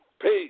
Peace